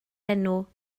enw